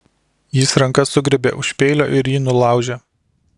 jis ranka sugriebė už peilio ir jį nulaužė